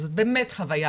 זאת באמת חוויה